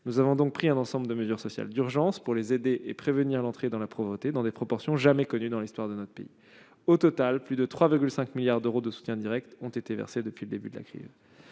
Nous avons donc pris un ensemble de mesures sociales d'urgence, afin de les aider et de prévenir l'entrée dans la pauvreté, dans des proportions jamais connues dans l'histoire de notre pays : au total, plus de 3,5 milliards d'euros d'aides directes ont été versés depuis le début de la crise.